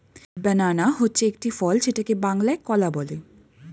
বানানা হচ্ছে একটি ফল যেটাকে বাংলায় কলা বলে